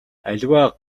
аливаа